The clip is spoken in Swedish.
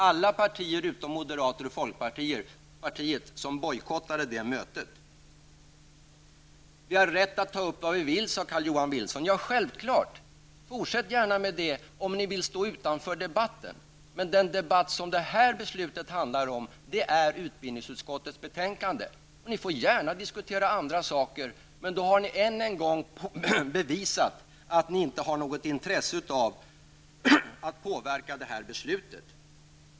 Alla partier var då närvarande, utom moderaterna och folkpartiet som bojkottade detta möte. Vi har rätt att ta upp vilka frågor vi vill, sade Carl Johan Wilson. Självfallet, och fortsätt gärna med det om ni vill stå utanför debatten. Men den här debatten handlar om utbildningsutskottets betänkande. Ni får gärna diskutera andra frågor, men då bevisar ni än en gång att ni inte har något intresse av att påverka det här beslutet.